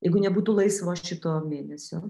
jeigu nebūtų laisvo šito mėnesio